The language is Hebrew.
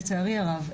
לצערי הרב,